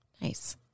Nice